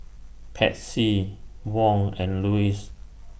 Patsy Wong and Lewis